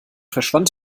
verschwand